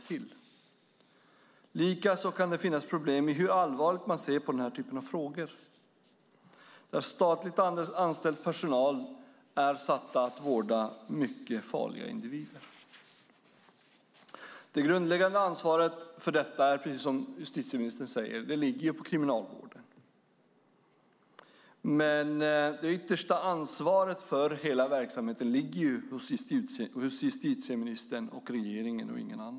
Likaså kan det finnas problem med hur allvarligt man ser på den här typen av frågor som gäller statligt anställd personal som är satt att vårda mycket farliga individer. Det grundläggande ansvaret för detta ligger, som justitieministern säger, hos Kriminalvården, men det yttersta ansvaret för hela verksamheten ligger hos justitieministern och regeringen.